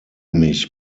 mich